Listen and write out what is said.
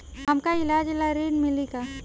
हमका ईलाज ला ऋण मिली का?